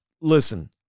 Listen